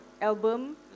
album